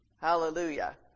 Hallelujah